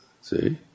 See